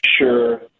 sure